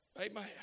Amen